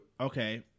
Okay